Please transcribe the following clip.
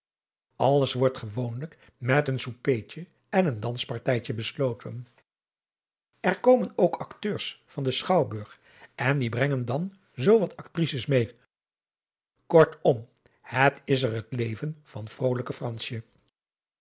alles wordt gewoonlijk met een soupeetje en een danspartijtje besloten er komen ook acteurs van den schouwburg en die brengen dan zoo wat actrices meê kortom het is er het leven van vrolijke fransje